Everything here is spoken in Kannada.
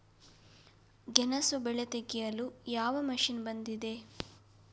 ಗೆಣಸು ಬೆಳೆ ತೆಗೆಯಲು ಯಾವ ಮಷೀನ್ ಬಂದಿದೆ?